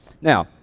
now